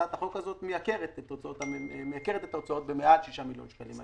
הצעת החוק הזו מייקרת את ההוצאות במעל ל-6 מיליון שקלים.